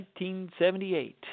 1978